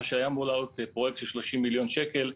מה היה אמור לעלות, פרויקט של 30 מיליון שקל,